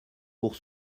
pour